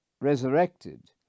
resurrected